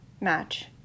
Match